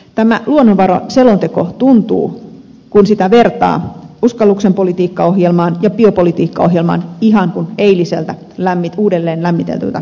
tämä luonnonvaraselonteko tuntuu kun sitä vertaa uskalluksen politiikkaohjelmaan ja biopolitiikkaohjelmaan ihan kuin eiliseltä uudelleen lämmitetyltä keitolta